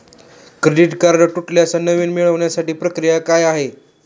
Credit card तुटल्यास नवीन मिळवण्याची प्रक्रिया काय आहे?